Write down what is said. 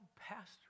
pastor